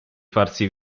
farsi